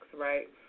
right